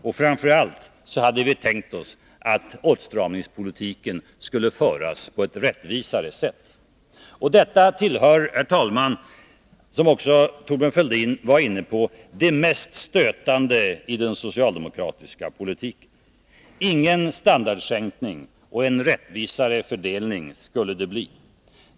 Vi hade framför allt tänkt oss att åtstramningspolitiken skulle föras på ett rättvisare sätt. Rättvisan i fördelningen, som också Thorbjörn Fälldin var inne på, tillhör det mest stötande i den socialdemokratiska politiken. Ingen standardsänkning och en rättvisare fördelning skulle det bli.